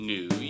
New